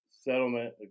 settlement